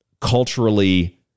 culturally